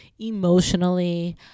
emotionally